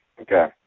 Okay